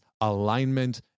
alignment